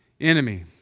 enemy